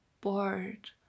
bored